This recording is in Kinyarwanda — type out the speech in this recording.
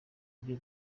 byo